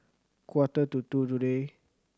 quarter to two today